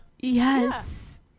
Yes